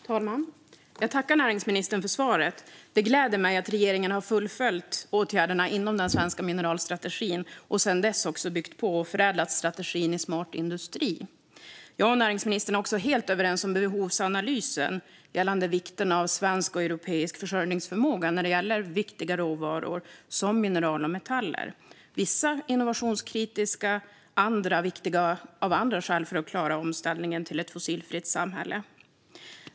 Fru talman! Jag tackar näringsministern för svaret. Det gläder mig att regeringen har fullföljt åtgärderna inom den svenska mineralstrategin och sedan dess byggt på och förädlat strategin i Smart industri. Jag och näringsministern är också helt överens om behovsanalysen i fråga om vikten av svensk och europeisk försörjningsförmåga när det gäller viktiga råvaror som mineral och metaller - vissa är innovationskritiska, och andra är viktiga av andra skäl för att vi ska klara omställningen till ett fossilfritt samhälle.